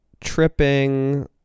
Tripping